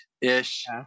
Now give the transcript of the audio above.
ish